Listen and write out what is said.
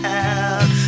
out